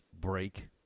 break